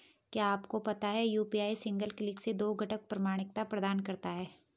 क्या आपको पता है यू.पी.आई सिंगल क्लिक से दो घटक प्रमाणिकता प्रदान करता है?